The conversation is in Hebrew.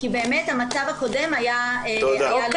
כי באמת המצב הקודם היה --- או.קיי,